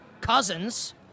cousins